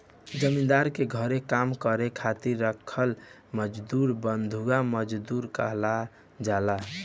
जमींदार के घरे काम करे खातिर राखल मजदुर के बंधुआ मजदूर कहल जाला